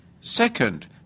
Second